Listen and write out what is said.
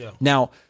Now